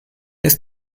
ist